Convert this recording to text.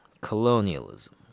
Colonialism